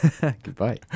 Goodbye